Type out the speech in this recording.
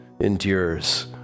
endures